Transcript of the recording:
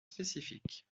spécifique